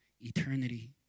eternity